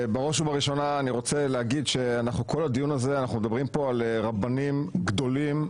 בראש ובראשונה אני רוצה להגיד שאנחנו כל הדיון מדברים על רבנים גדולים,